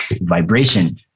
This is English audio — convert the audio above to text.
vibration